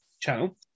channel